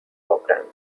programme